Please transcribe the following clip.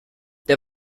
der